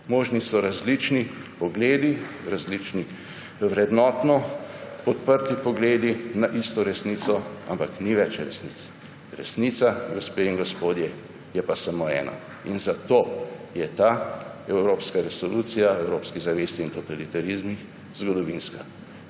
Možni so različni pogledi, različni vrednotno podprti pogledi na isto resnico, ampak ni več resnic. Resnica, gospe in gospodje, je samo ena. In zato je ta evropska resolucija o evropski zavesti in totalitarizmih zgodovinska.